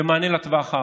ומענה לטווח הארוך.